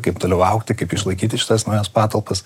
kaip toliau augti kaip išlaikyti šitas naujas patalpas